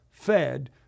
fed